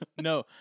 No